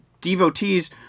devotees